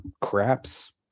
craps